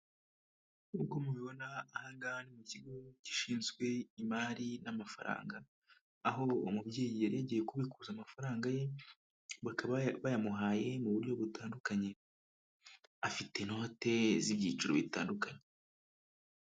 Nkuko mubibona agan mu kigo gishinzwe imari n'amafaranga aho uwo mubyeyi yari yagiye kubikuza amafaranga ye bakaba bayamuhaye mu buryo butandukanye afite intote z'ibyiciro bitandukanye.